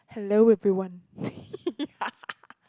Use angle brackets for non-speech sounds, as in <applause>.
hello everyone <laughs>